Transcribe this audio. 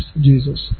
Jesus